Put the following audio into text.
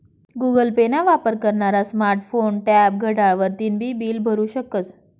Google Pay ना वापर करनारा स्मार्ट फोन, टॅब, घड्याळ वरतीन बी बील भरु शकस